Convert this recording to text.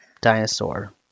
dinosaur